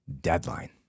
deadline